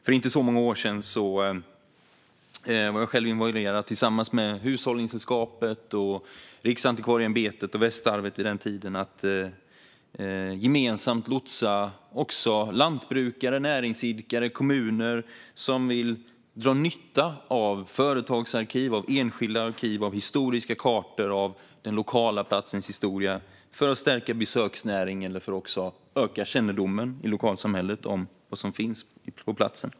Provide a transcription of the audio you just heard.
För inte så många år sedan var jag själv tillsammans med Hushållningssällskapet, Riksantikvarieämbetet och dåvarande Västarvet involverad i att gemensamt lotsa lantbrukare, näringsidkare och kommuner som ville dra nytta av företagsarkiv, enskilda arkiv, historiska kartor och den lokala platsens historia för att stärka besöksnäringen eller öka kännedomen i lokalsamhället om vad som finns på platsen.